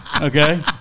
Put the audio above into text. Okay